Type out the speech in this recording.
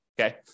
Okay